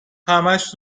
همش